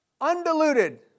Undiluted